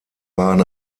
waren